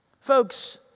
Folks